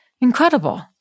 incredible